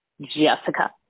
Jessica